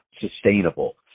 sustainable